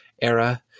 era